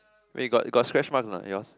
wait you got you got scratch marks or not yours